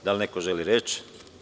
Da li neko želi reč?